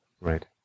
Right